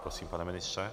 Prosím, pane ministře.